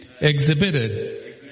exhibited